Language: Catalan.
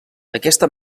aquesta